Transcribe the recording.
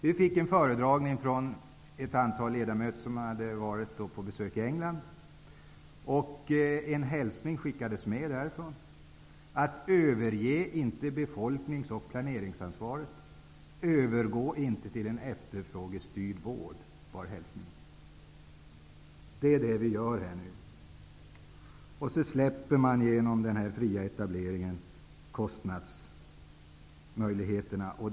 Vi fick en föredragning av ett antal ledamöter som hade varit på besök i England. En hälsning skickades med därifrån, nämligen: Överge inte befolknings och planeringsansvaret! Övergå inte till en efterfrågestyrd vård! Det var hälsningen. Det är det vi gör här nu. Och dessutom släpper man via den fria etableringen kostnadskontrollen.